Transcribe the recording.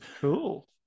cool